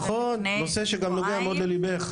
נכון, נושא שגם נוגע מאוד לליבך.